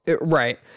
right